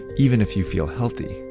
even if you feel healthy.